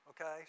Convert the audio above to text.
okay